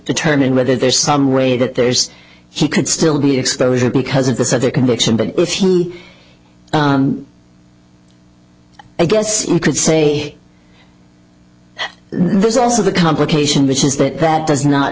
determine whether there's some way that there's he could still be exposure because of this other conviction but if he i guess you could say there's also the complication which is that that does not